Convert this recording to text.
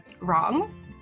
wrong